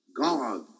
God